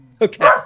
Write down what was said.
okay